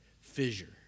fissure